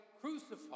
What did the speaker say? crucified